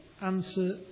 answer